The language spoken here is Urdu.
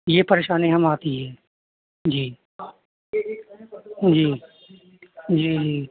یہ پریشانی ہم آتی ہے جی جی جی جی